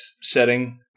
setting